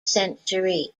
century